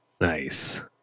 Nice